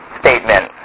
statement